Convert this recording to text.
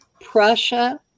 Prussia